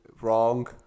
wrong